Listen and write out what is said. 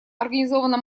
организовано